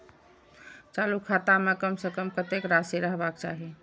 चालु खाता में कम से कम कतेक राशि रहबाक चाही?